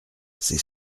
c’est